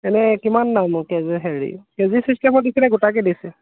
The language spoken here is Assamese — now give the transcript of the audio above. এনেই কিমান দামনো কে জি হেৰি কে জি চিষ্টেমত দিছে নে গোটাকৈ দিছে